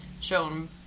shown